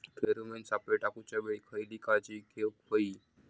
Pheromone सापळे टाकूच्या वेळी खयली काळजी घेवूक व्हयी?